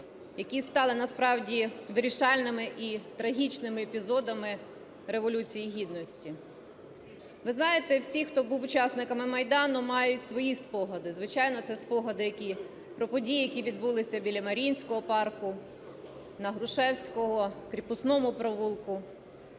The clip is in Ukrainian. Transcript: які стали насправді вирішальними і трагічними епізодами Революції Гідності. Ви знаєте, всі, хто був учасниками Майдану, мають свої спогади. Звичайно, це спогади про події, які відбулися біля Маріїнського парку, на Грушевського, в Кріпосному провулку,